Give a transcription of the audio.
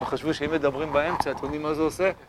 חשבו שאם מדברים באמצע אתם יודעים מה זה עושה